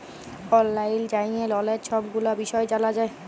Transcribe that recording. অললাইল যাঁয়ে ললের ছব গুলা বিষয় জালা যায়